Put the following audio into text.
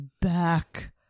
back